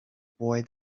boy